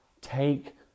take